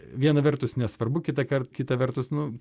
viena vertus nesvarbu kitąkart kita vertus nu